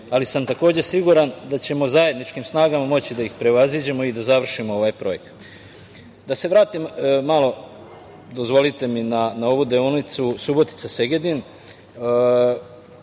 ali sam takođe siguran da ćemo zajedničkim snagama moći da ih prevaziđemo i da završimo ovaj projekat. Da se vratim malo na ovu deonicu Subotica – Segedin.